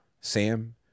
Sam